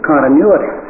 continuity